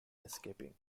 escaping